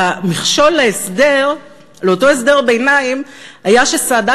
המכשול לאותו הסדר ביניים היה שסאדאת